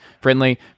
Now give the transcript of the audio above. friendly